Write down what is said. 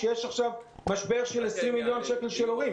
שיש עכשיו משבר של 20 מיליון שקל של הורים,